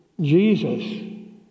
Jesus